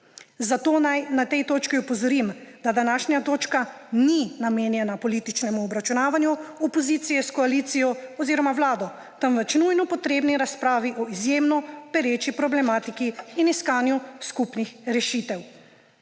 Zato naj na tej točki opozorim, da današnja točka ni namenjena političnemu obračunavanju opozicije s koalicijo oziroma Vlado, temveč nujno potrebni razpravi o izjemno pereči problematiki in iskanju skupnih rešitev.